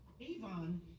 Avon